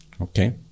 Okay